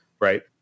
right